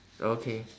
okay